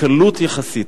בקלות יחסית.